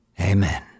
Amen